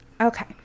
Okay